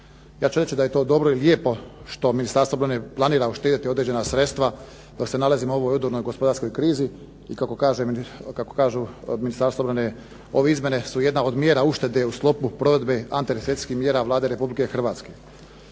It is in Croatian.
Ja ću reći da je to dobro i lijepo što Ministarstvo obrane planira uštediti određena sredstva dok se nalazimo u ovoj …/Govornik se ne razumije./… gospodarskoj krizi i kako kažu u Ministarstvu obrane, ove izmjene su jedna od mjera uštede u sklopu provedbe antirecesijskih mjera Vlade Republike Hrvatske.